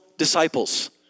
disciples